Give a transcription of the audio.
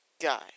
guy